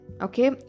Okay